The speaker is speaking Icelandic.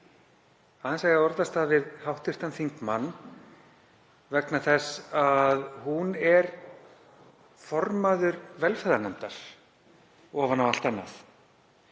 að eiga orðastað við hv. þingmann vegna þess að hún er formaður velferðarnefndar ofan á allt annað